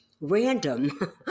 Random